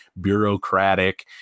bureaucratic